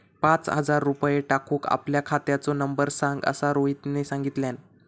पाच हजार रुपये टाकूक आपल्या खात्याचो नंबर सांग असा रोहितने सांगितल्यान